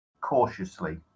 cautiously